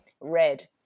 red